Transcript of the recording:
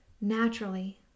naturally